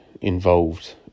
involved